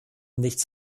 nichts